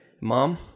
mom